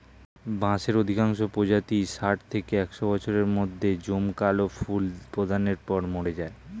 বাঁশের অধিকাংশ প্রজাতিই ষাট থেকে একশ বছরের মধ্যে জমকালো ফুল প্রদানের পর মরে যায়